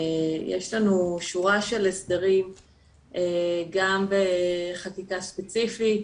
יש לנו שורה של הסדרים גם בחקיקה ספציפית